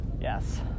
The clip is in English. Yes